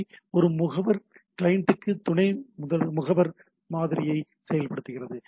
B ஒரு மேலாளர் client துணை முகவர் மாதிரியை செயல்படுத்துகிறது